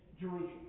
Jerusalem